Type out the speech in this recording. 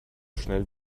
schnell